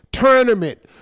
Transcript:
Tournament